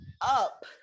Up